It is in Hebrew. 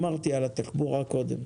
אמרתי על התחבורה קודם.